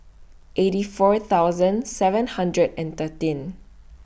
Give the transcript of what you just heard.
eighty four thousand seven hundred and thirteen